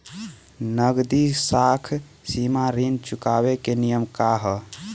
नगदी साख सीमा ऋण चुकावे के नियम का ह?